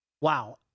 Wow